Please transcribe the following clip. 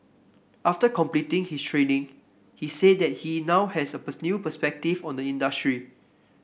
after completing his training he said that he now has a new perspective on the industry